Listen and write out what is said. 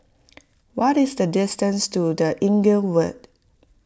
what is the distance to the Inglewood